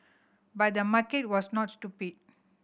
but the market was not stupid